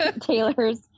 Taylor's